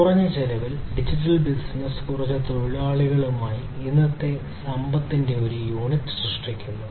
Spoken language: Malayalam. കുറഞ്ഞ ചെലവിൽ ഡിജിറ്റൽ ബിസിനസ്സ് കുറച്ച് തൊഴിലാളികളുമായി ഇന്നത്തെ സമ്പത്തിന്റെ ഒരു യൂണിറ്റ് സൃഷ്ടിക്കുന്നു